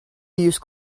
use